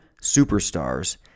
superstars